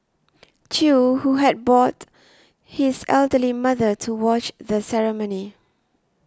chew who had brought his elderly mother to watch the ceremony